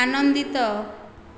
ଆନନ୍ଦିତ